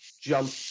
jump